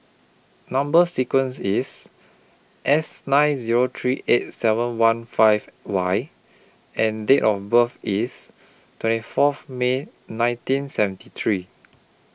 Number sequence IS S nine Zero three eight seven one five Y and Date of birth IS twenty Fourth May nineteen seventy three